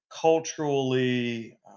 culturally